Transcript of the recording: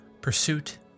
Pursuit